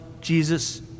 Jesus